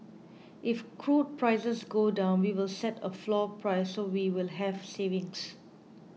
if crude prices go down we will set a floor price so we will have savings